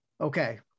Okay